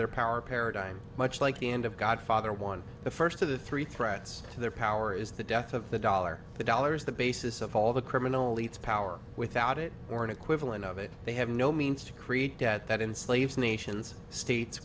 their power paradigm much like the end of godfather one the first of the three threats to their power is the death of the dollar the dollars the basis of all the criminal eats power without it or an equivalent of it they have no means to create debt that enslaves nations states